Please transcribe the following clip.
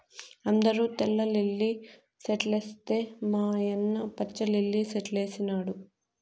అందరూ తెల్ల లిల్లీ సెట్లేస్తే మా యన్న పచ్చ లిల్లి సెట్లేసినాడు